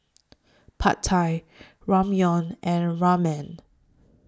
Pad Thai Ramyeon and Ramen